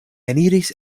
eniris